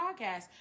podcast